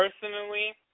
personally